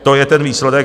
To je ten výsledek.